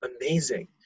amazing